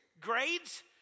Grades